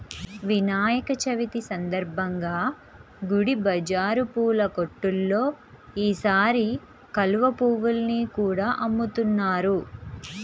వినాయక చవితి సందర్భంగా గుడి బజారు పూల కొట్టుల్లో ఈసారి కలువ పువ్వుల్ని కూడా అమ్ముతున్నారు